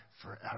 forever